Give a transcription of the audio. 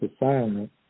assignment